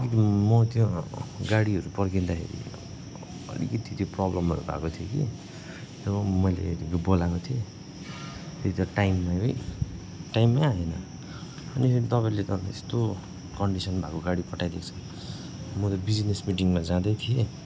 अलिकति म त्यो गाडीहरू पर्खिँदाखेरि अलिकति त्यो प्रबलमहरू भएको थियो कि मैले त्यो बोलाएको थिएँ त्यही त टाइम है टाइममा आएन अनि फेरि तपाईँले त त्यस्तो कन्डिसन भएको गाडी पठाइदिएछ म त बिजनेस मिटिङमा जाँदै थिएँ